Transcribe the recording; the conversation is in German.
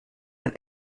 den